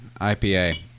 IPA